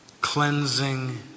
cleansing